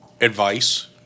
Advice